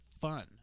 fun